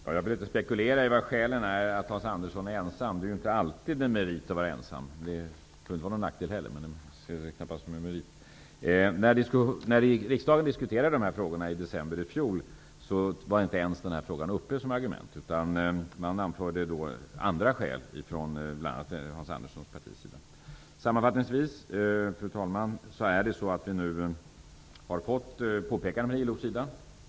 Fru talman! Jag vill inte spekulera i vilka skälen är till att Hans Andersson står ensam. Det är inte alltid en merit att vara ensam -- det behöver inte vara någon nackdel heller. När riksdagen diskuterade dessa frågor i december i fjol fanns inte ens detta argument. Det anfördes i stället andra skäl, bl.a. från Hans Anderssons parti. Fru talman! Sammanfattningsvis kan jag säga att vi nu har fått påpekanden från ILO.